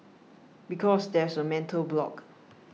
because there's a mental block